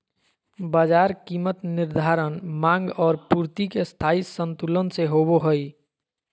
बाजार कीमत निर्धारण माँग और पूर्ति के स्थायी संतुलन से होबो हइ